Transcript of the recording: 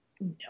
No